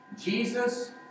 Jesus